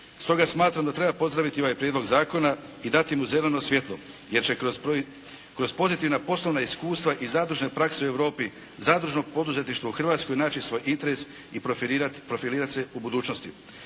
Stoga smatram da treba pozdraviti ovaj Prijedlog zakona i dati mu zeleno svjetlo jer će kroz pozitivna poslovna iskustva i zadružne prakse u Europi zadružno poduzetništvo u Hrvatskoj naći svoj interes i profilirati se u budućnosti.